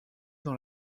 dans